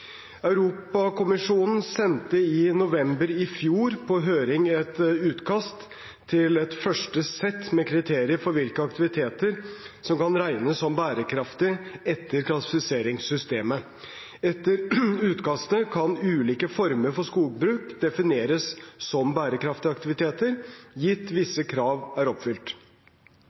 Europakommisjonen sendte i november i fjor på høring et utkast til et første sett med kriterier for hvilke aktiviteter som kan regnes som bærekraftige etter klassifiseringssystemet. Etter utkastet kan ulike former for skogbruk defineres som bærekraftige aktiviteter gitt at visse krav er oppfylt.